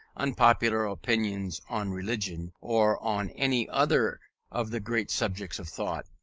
unpopular opinions on religion, or on any other of the great subjects of thought,